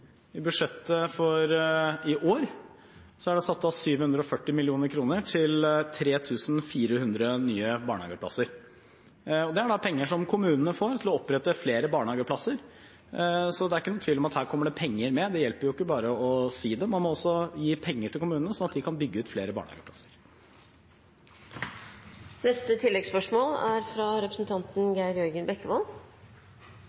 som kommunene får til å opprette flere barnehageplasser, så det er ikke noen tvil om at her kommer det penger med. Det hjelper ikke bare å si det, man må også gi penger til kommunene, slik at de kan bygge ut flere barnehageplasser. Geir Jørgen Bekkevold – til oppfølgingsspørsmål. Kristelig Folkeparti mener at alle barn over ett år må få samme rett til barnehageplass, uavhengig av når på året de er